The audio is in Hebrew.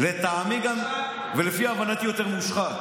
לטעמי ולפי הבנתי, גם יותר מושחת.